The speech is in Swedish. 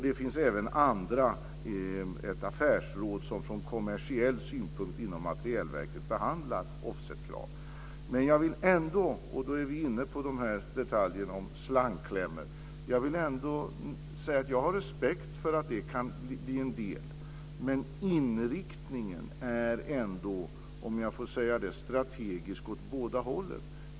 Det finns även ett affärsråd som från kommersiell synpunkt inom Materielverket behandlar offsetkrav. Jag vill ändå, och då är vi inne på detaljer som slangklämmor, säga att jag har respekt för att detta kan bli en del. Men inriktningen är ändå, om jag får säga det, strategisk åt båda hållen.